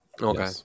Okay